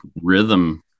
rhythm